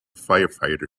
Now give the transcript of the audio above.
firefighter